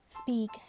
speak